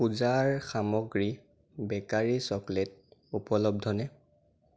পূজাৰ সামগ্ৰী bakery chocolate উপলব্ধনে